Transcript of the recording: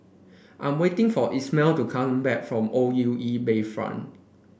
I'm waiting for Ismael to come back from O U E Bayfront